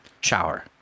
shower